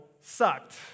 sucked